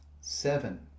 Seven